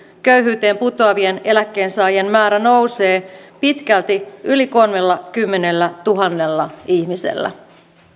köyhyyteen putoavien eläkkeensaajien määrä nousee pitkälti yli kolmellakymmenellätuhannella ihmisellä